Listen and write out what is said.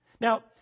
Now